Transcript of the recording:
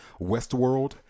Westworld